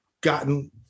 gotten